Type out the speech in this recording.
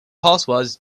passwords